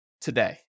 today